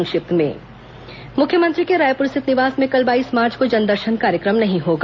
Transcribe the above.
संक्षिप्त समाचार मुख्यमंत्री के रायपुर स्थित निवास में कल बाईस मार्च को जनदर्शन कार्यक्रम नहीं होगा